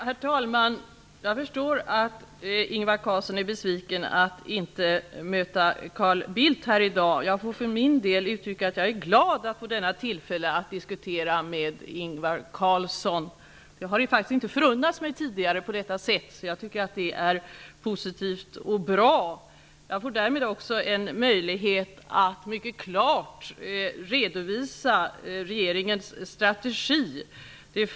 Herr talman! Jag förstår att Ingvar Carlsson är besviken över att han inte möter Carl Bildt här i dag. Jag vill för min del uttrycka att jag är glad att få detta tillfälle att diskutera med Ingvar Carlsson. Det har inte förunnats mig på detta sätt tidigare, så jag tycker att det är positivt och bra. Jag får därmed också en möjlighet att mycket klart redovisa regeringens strategi.